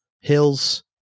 hills